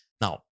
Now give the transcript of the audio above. now